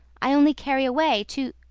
i only carry away to